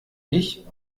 ich